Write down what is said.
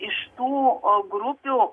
iš tų grupių